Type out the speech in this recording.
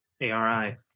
A-R-I